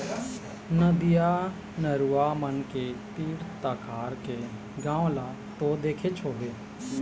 नदिया, नरूवा मन के तीर तखार के गाँव ल तो देखेच होबे